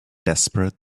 desperate